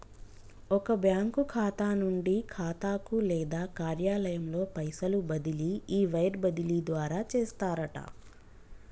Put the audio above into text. ఒక బ్యాంకు ఖాతా నుండి ఖాతాకు లేదా కార్యాలయంలో పైసలు బదిలీ ఈ వైర్ బదిలీ ద్వారా చేస్తారట